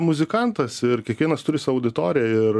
muzikantas ir kiekvienas turi sau auditoriją ir